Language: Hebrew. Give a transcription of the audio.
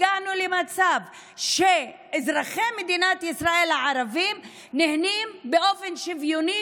הגענו למצב שאזרחי מדינת ישראל הערבים נהנים באופן שוויוני,